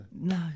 No